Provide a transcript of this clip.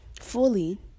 fully